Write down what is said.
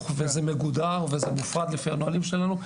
וזה מגודר וזה נפרד לפי הנהלים שלנו.